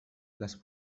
les